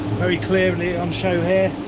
very clearly on show here,